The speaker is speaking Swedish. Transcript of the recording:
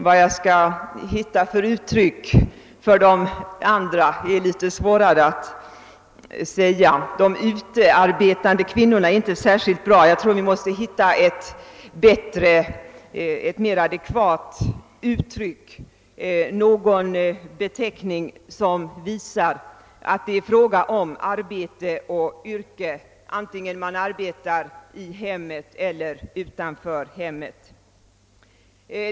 Vad jag skall finna för uttryck för den andra gruppen är litet svårare att säga. »De utearbetande kvinnorna» är inte särskilt bra; jag tror att vi måste hitta ett bättre och mer adekvat uttryck, en beteckning som visar att det är fråga om arbete och yrke, vare sig man arbetar i hemmet eller utanför hemmet.